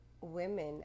women